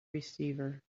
receiver